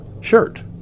shirt